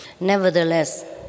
Nevertheless